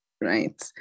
right